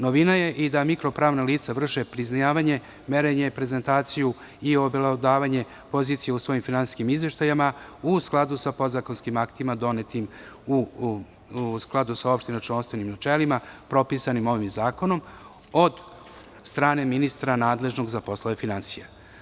Novina je i da mikro pravna lica vrše priznavanje, merenje, prezentaciju i obelodavanje pozicije u svojim finansijskim izveštajima u skladu sa podzakonskim aktima donetim u skladu sa opštim računovodstvenim načelima propisanim ovim zakonom, od strane ministra nadležnog za poslove finansija.